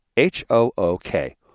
H-O-O-K